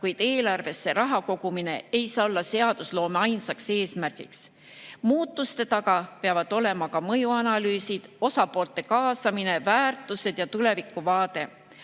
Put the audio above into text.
kuid eelarvesse raha kogumine ei saa olla seadusloome ainsaks eesmärgiks. Muutuste taga peavad olema ka mõjuanalüüsid, osapoolte kaasamine, väärtused ja tulevikuvaade.